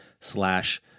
slash